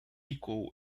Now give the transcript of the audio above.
equal